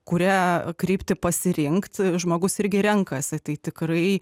kurią kryptį pasirinkt žmogus irgi renkasi tai tikrai